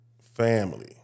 family